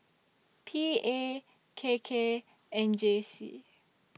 P A K K and J C